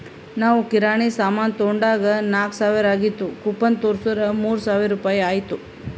ನಾವ್ ಕಿರಾಣಿ ಸಾಮಾನ್ ತೊಂಡಾಗ್ ನಾಕ್ ಸಾವಿರ ಆಗಿತ್ತು ಕೂಪನ್ ತೋರ್ಸುರ್ ಮೂರ್ ಸಾವಿರ ರುಪಾಯಿ ಆಯ್ತು